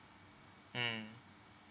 mm